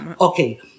Okay